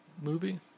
movie